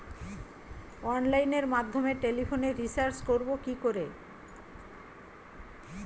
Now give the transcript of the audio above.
অনলাইনের মাধ্যমে টেলিফোনে রিচার্জ করব কি করে?